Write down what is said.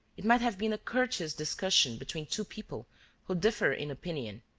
it might have been a courteous discussion between two people who differ in opinion,